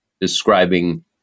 describing